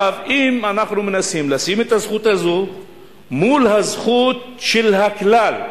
אם אנחנו מנסים לשים את הזכות הזאת מול הזכות של הכלל,